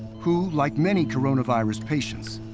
who, like many coronavirus patients,